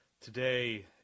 Today